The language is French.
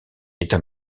état